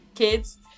kids